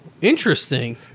interesting